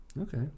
Okay